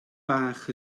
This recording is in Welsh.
bach